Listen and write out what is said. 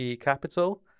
Capital